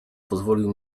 pozwolił